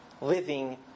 living